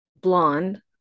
blonde